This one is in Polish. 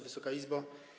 Wysoka Izbo!